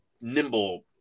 nimble